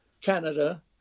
Canada